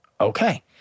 Okay